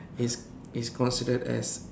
is is considered as